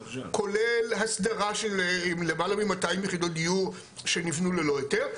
כולל הסדרה של למעלה מ- 200 יחידות דיור שנבנו ללא היתר,